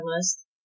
list